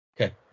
Okay